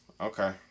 Okay